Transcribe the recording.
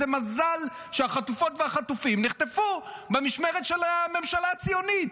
איזה מזל שהחטופות והחטופים נחטפו במשמרת של הממשלה הציונית.